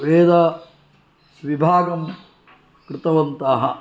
वेद विभागं कृतवन्तः